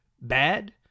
bad